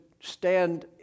stand